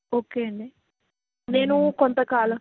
okay అండి నేను కొంత కాలం